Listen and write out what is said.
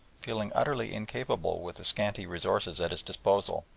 feeling utterly incapable with the scanty resources at his disposal,